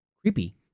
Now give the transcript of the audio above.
creepy